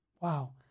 Wow